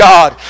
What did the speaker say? God